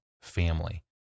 family